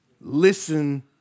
Listen